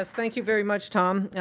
ah thank you very much, tom.